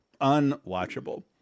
unwatchable